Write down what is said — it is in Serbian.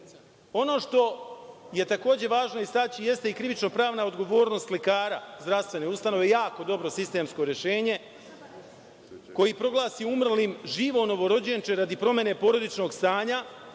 što je takođe važno istaći jeste i krivično-pravna odgovornost lekara zdravstvene ustanove, jako dobro sistemsko rešenje koji proglasi umrlim živo novorođenče radi promene porodičnog stanja,